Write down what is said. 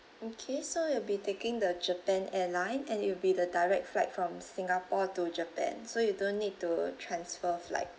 okay so you will be taking the japan airline and it'll be the direct flight from singapore to japan so you don't need to transfer flight